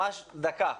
ממש דקה.